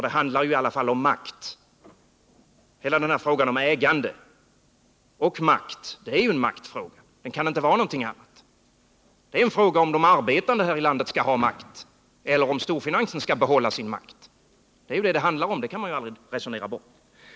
Det handlar ju i alla fall om makt — hela denna fråga om ägande och makt är en maktfråga, och den kan inte vara någonting annat. Det är en fråga om huruvida de arbetande här i landet skall ha makt eller om storfinansen skall behålla sin makt. Det är detta det handlar om -—det kan man aldrig resonera bort.